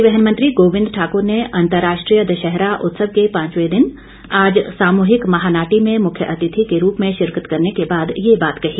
परिवहन मंत्री गोविंद ठाक्र ने अंतर्राष्ट्रीय दशहरा उत्सव के पांचवे दिन आज सामूहिक महानाटी में मुख्य अतिथि के रूप में शिरकत करने के बाद ये बात कही